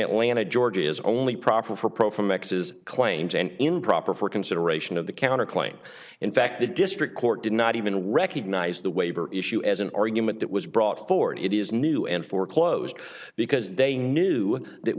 atlanta georgia is only proper for pro from x s claims and improper for consideration of the counterclaim in fact the district court did not even recognize the waiver issue as an argument that was brought forward it is new and foreclosed because they knew that